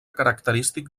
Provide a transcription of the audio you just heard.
característic